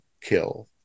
kill